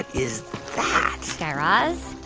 is that? guy raz,